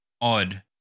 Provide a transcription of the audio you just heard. odd